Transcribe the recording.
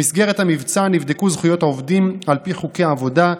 במסגרת המבצע נבדקו זכויות עובדים על פי חוקי העבודה,